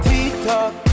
TikTok